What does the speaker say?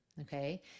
okay